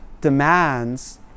demands